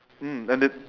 mm and they